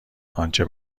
آنچه